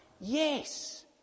yes